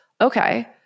Okay